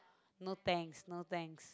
no thanks no thanks